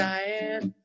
Diane